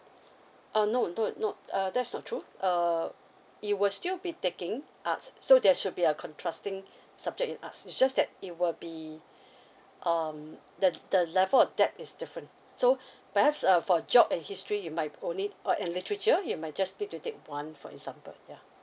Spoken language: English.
uh no no not uh that's not true uh it will still be taking arts so there should be a contrasting subject in arts it's just that it will be um the the level of depth is different so perhaps uh for geo and history you might only uh and literature you might just need to take one for example yeah